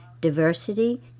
diversity